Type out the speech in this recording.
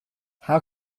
how